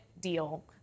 deal